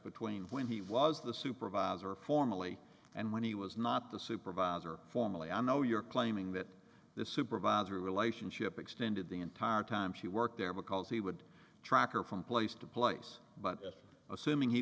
between when he was the supervisor formally and when he was not the supervisor formally i know you're claiming that the supervisor relationship extended the entire time she worked there because he would track her from place to place but assuming he